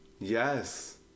Yes